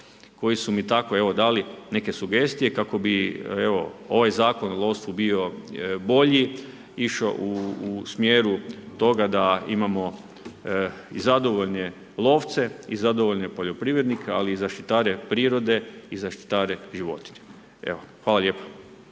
koji su mi tako evo dali, neke sugestije, kako bi ovaj zakon, u lovstvu bio bolji, išao u smjeru toga da imamo zadovoljne lovce i zadovoljne poljoprivrednike ali i zaštitare prirode i zaštitare životinja. Hvala lijepo.